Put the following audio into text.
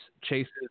chases